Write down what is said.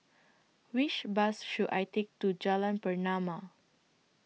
Which Bus should I Take to Jalan Pernama